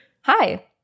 Hi